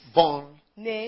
born